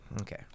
Okay